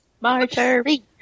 Marjorie